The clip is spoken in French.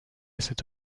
cette